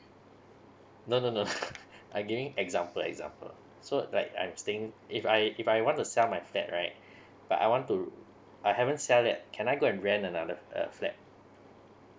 no no no I giving example example so like I'm staying if I if I want to sell my flat right but I want to I haven't sell that can I go and rent another uh flat